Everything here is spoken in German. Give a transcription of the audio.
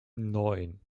neun